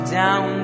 down